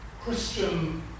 Christian